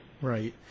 Right